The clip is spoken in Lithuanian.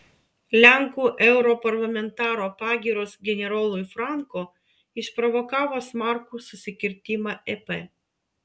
lenkų europarlamentaro pagyros generolui franco išprovokavo smarkų susikirtimą ep